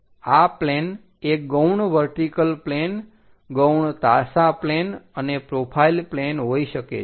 આ પ્લેન એ ગૌણ વર્ટિકલ પ્લેન ગૌણ ત્રાંસા પ્લેન અને પ્રોફાઇલ પ્લેન હોઈ શકે છે